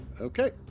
Okay